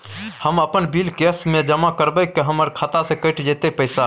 हम अपन bill cash म जमा करबै की हमर खाता स कैट जेतै पैसा?